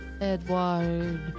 Edward